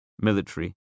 military